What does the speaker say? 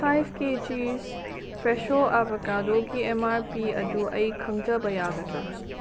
five ꯀꯦ ꯖꯤꯁ Fresho ꯑꯦꯕꯣꯀꯥꯗꯣꯒꯤ ꯑꯦꯝ ꯑꯥꯔ ꯄꯤ ꯑꯗꯨ ꯑꯩ ꯈꯪꯖꯕ ꯌꯥꯒꯗ꯭ꯔꯥ